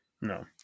No